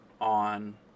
on